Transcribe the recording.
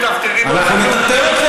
לעיתים,